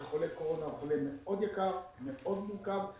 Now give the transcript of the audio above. וחולה קורונה הוא חולה מאוד יקר, מאוד מורכב.